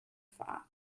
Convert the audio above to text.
fahren